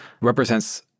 represents